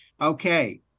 Okay